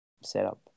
setup